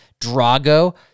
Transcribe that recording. Drago